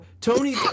Tony